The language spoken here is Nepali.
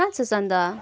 कहाँ छस् अन्त